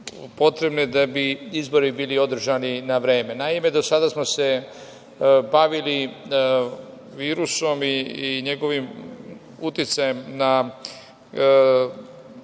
potrebne da bi izbori bili održani na vreme. Naime, do sada smo se bavili virusom i njegovim uticajem na